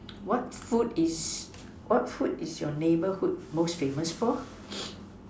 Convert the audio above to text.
what food is what food is your neighbourhood most famous for